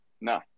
no